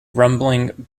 rumbling